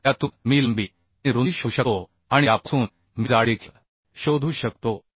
तर त्यातून मी लांबी आणि रुंदी शोधू शकतो आणि यापासून मी जाडी देखील शोधू शकतो